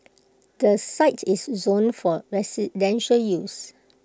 the site is zoned for residential use